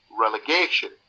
relegation